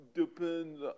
depends